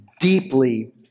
deeply